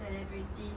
celebrities